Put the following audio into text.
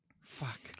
Fuck